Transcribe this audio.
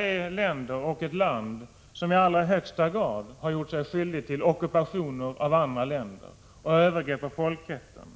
Det är ett land som i allra högsta grad har gjort sig skyldigt till ockupationer av andra länder och övergrepp mot folkrätten